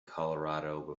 colorado